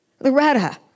Loretta